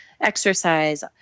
exercise